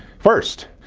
first,